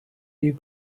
you